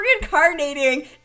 reincarnating